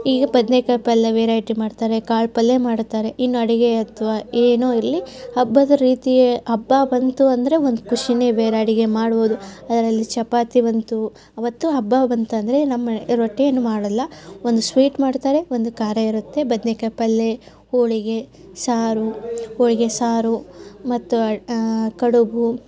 ಈಗ ಬದ್ನೆಕಾಯಿ ಪಲ್ಯ ಬೇರೆ ಐಟಮ್ ಮಾಡ್ತಾರೆ ಕಾಳು ಪಲ್ಯ ಮಾಡ್ತಾರೆ ಇನ್ನೂ ಅಡುಗೆ ಅಥವಾ ಏನು ಇರಲಿ ಹಬ್ಬದ ರೀತಿ ಹಬ್ಬ ಬಂತು ಅಂದರೆ ಒಂದು ಖುಷಿಯೇ ಬೇರೆ ಅಡುಗೆ ಮಾಡೋದು ಅದರಲ್ಲಿ ಚಪಾತಿ ಬಂತು ಆವತ್ತು ಹಬ್ಬ ಬಂತೆಂದರೆ ನಮ್ಮ ರೊಟ್ಟಿ ಏನು ಮಾಡೋಲ್ಲ ಒಂದು ಸ್ವೀಟ್ ಮಾಡ್ತಾರೆ ಒಂದು ಖಾರ ಇರುತ್ತೆ ಬದ್ನೆಕಾಯಿ ಪಲ್ಲೆ ಹೋಳಿಗೆ ಸಾರು ಹೋಳಿಗೆ ಸಾರು ಮತ್ತು ಅಡ್ ಕಡುಬು